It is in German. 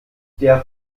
der